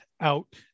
out